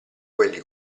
quelli